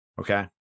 Okay